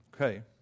Okay